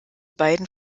beiden